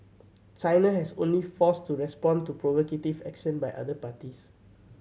China has only forced to respond to provocative action by other parties